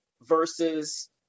versus